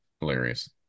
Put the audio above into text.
hilarious